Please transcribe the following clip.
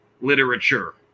literature